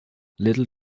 little